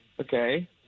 Okay